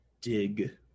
dig